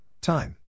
time